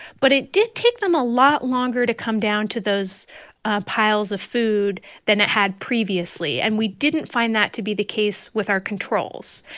but it did take them a lot longer to come down to those piles of food than it had previously. and we didn't find that to be the case with our controls.